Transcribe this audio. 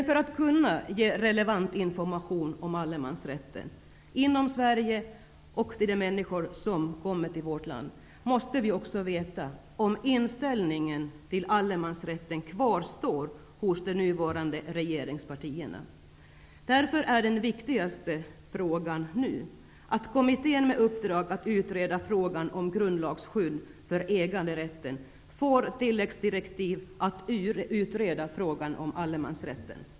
För att kunna ge relevant information om allemansrätten inom Sverige och till de människor som kommer till vårt land, måste vi också veta om inställningen till allemansrätten kvarstår hos de nuvarande regeringspartierna. Det viktigaste nu är därför att kommittén med uppdrag att utreda frågan om grundlagsskydd för äganderätten får som tilläggsdirektiv att utreda frågan om allemansrätten.